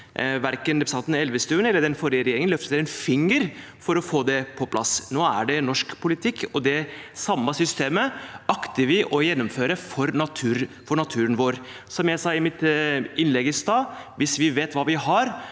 Verken representanten Elvestuen eller den forrige regjeringen løftet en finger for å få det på plass. Nå er det norsk politikk, og det samme systemet akter vi å gjennomføre for naturen vår. Som jeg sa i mitt innlegg i stad: Hvis vi vet hva vi har,